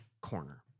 corner